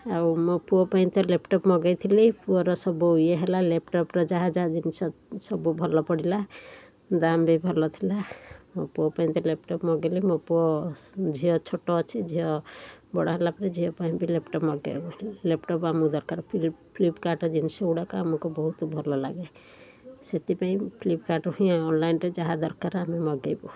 ଆଉ ମୋ ପୁଅ ପାଇଁ ତ ଲ୍ୟାପଟପ୍ ମଗାଇ ଥିଲି ପୁଅର ସବୁ ଇଏ ହେଲା ଲ୍ୟାପଟପ୍ର ଯାହା ଯାହା ଜିନିଷ ସବୁ ଭଲ ପଡ଼ିଲା ଦାମ୍ ବି ଭଲ ଥିଲା ମୋ ପୁଅ ପାଇଁ ତ ଲ୍ୟାପଟପ୍ ମଗାଇଲି ମୋ ପୁଅ ଝିଅ ଛୋଟ ଅଛି ଝିଅ ବଡ଼ ହେଲା ପରେ ଝିଅ ପାଇଁ ବି ଲ୍ୟାପଟପ୍ ମଗାଇବି ଲ୍ୟାପଟପ୍ ଆମକୁ ଦରକାର ଫ୍ଲିପକାର୍ଟର ଜିନିଷ ଗୁଡ଼ାକ ଆମୁକୁ ବହୁତ ଭଲ ଲାଗେ ସେଥିପାଇଁ ଫ୍ଲିପକାର୍ଟରୁ ହିଁ ଅନ୍ଲାଇନ୍ରେ ଯାହା ଦରକାର ଆମେ ମଗାଇବୁ